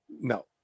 No